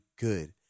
good